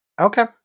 Okay